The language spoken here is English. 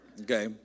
Okay